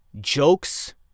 jokes